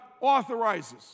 authorizes